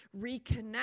reconnect